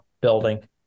building